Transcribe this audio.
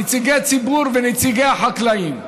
נציגי ציבור ונציגי החקלאים,